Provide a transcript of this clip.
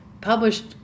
published